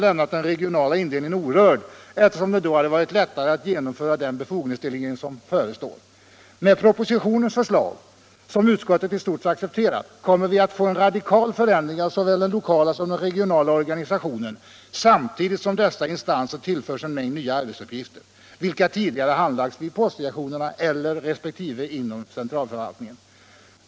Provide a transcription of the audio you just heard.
v. lämna den regionala indelningen orörd, eftersom det då hade Torsdagen den varit lättare att genomföra den befogenhetsdelegering som förestår. 20 maj 1976 Med propositionens förslag, som utskottet i stort accepterat, kommer = vi att få en radikal förändring av såväl den lokala som den regionala — Nv organisation för organisationen, samtidigt som dessa instanser tillförs en mängd nya ar — postverket betsuppgifter, vilka tidigare handlagts vid postdirektionerna eller inom centralförvaltningen.